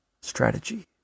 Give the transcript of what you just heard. strategy